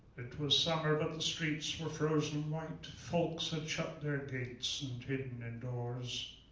it was summer but the streets were frozen white. folks had shut their gates and hidden indoors.